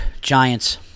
Giants